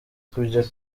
kuja